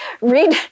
read